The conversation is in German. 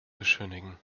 beschönigen